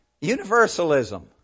Universalism